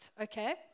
okay